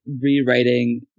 rewriting